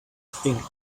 thing